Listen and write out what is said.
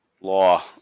Law